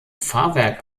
fahrwerk